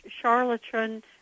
charlatan